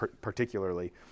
particularly